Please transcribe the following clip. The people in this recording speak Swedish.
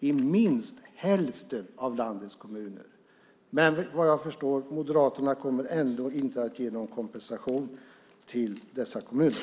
i minst hälften av landets kommuner. Men vad jag förstår kommer Moderaterna ändå inte att ge någon kompensation till dessa kommuner.